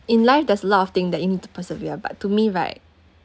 in life there's a lot of thing that you need to persevere but to me right